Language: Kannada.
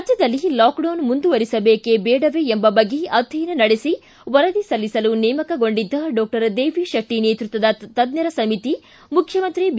ರಾಜ್ಯದಲ್ಲಿ ಲಾಕ್ಡೌನ್ ಮುಂದುವರೆಸಬೇಕೇ ಬೇಡವೇ ಎಂಬ ಬಗ್ಗೆ ಅಧ್ಯಯನ ನಡೆಸಿ ವರದಿ ಸಲ್ಲಿಸಲು ನೇಮಕಗೊಂಡಿದ್ದ ಡಾಕ್ಷರ್ ದೇವಿ ಶೆಟ್ಷಿ ನೇತೃತ್ತದ ತಜ್ಞರ ಸಮಿತಿ ಮುಖ್ಯಮಂತ್ರಿ ಬಿ